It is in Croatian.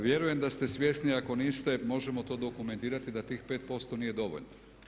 Vjerujem da ste svjesni, a ako niste možemo to dokumentirati, da tih 5% nije dovoljno.